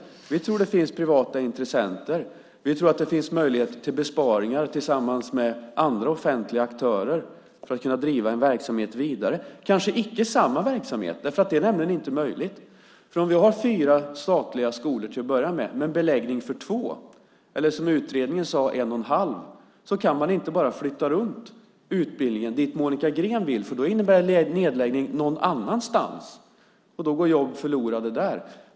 Vi tror att det finns privata intressenter. Vi tror att det finns möjlighet till besparingar tillsammans med andra offentliga aktörer för att kunna driva en verksamhet vidare. Det blir dock icke samma verksamhet, för det är nämligen inte möjligt. Om vi har fyra statliga skolor till att börja med men beläggning för två, eller som utredningen sade en och en halv, kan man inte bara flytta runt utbildningen dit Monica Green vill, för det innebär nedläggning någon annanstans, och då går jobb förlorade där.